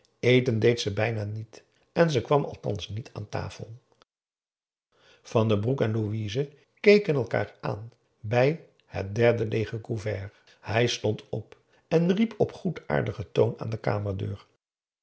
eten deed ze bijna niet en ze kwam althans niet aan tafel van den broek en louise keken elkaar aan bij het derde leêge couvert hij stond op en riep op goedaardigen toon aan de